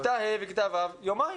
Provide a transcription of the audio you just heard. כיתה ה' וכיתה ו' יומיים.